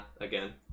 again